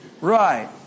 Right